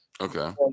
Okay